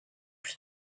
plus